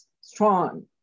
strong